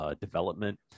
development